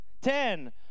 Ten